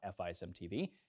FISM-TV